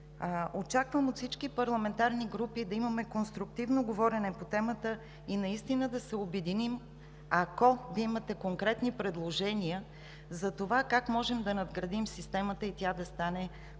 Очаквам от всички парламентарни групи да имаме конструктивно говорене по темата и да се обединим, ако Вие имате конкретни предложения за това как можем да надградим системата и тя да стане по-добра.